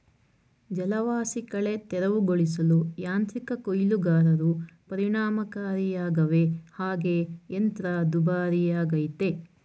ಜಲವಾಸಿಕಳೆ ತೆರವುಗೊಳಿಸಲು ಯಾಂತ್ರಿಕ ಕೊಯ್ಲುಗಾರರು ಪರಿಣಾಮಕಾರಿಯಾಗವೆ ಹಾಗೆ ಯಂತ್ರ ದುಬಾರಿಯಾಗಯ್ತೆ